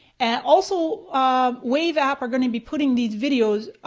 and also um wave app are gonna be putting these videos